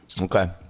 okay